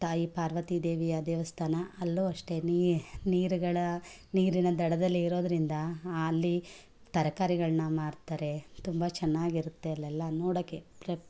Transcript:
ತಾಯಿ ಪಾರ್ವತಿ ದೇವಿಯ ದೇವಸ್ಥಾನ ಅಲ್ಲೂ ಅಷ್ಟೆ ನೀರುಗಳ ನೀರಿನ ದಡದಲ್ಲಿ ಇರೋದರಿಂದ ಆ ಅಲ್ಲಿ ತರಕಾರಿಗಳ್ನ ಮಾರ್ತಾರೆ ತುಂಬ ಚೆನ್ನಾಗಿರುತ್ತೆ ಅಲ್ಲೆಲ್ಲ ನೋಡೋಕೆ ಪ್ರ್